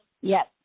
Yes